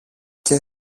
και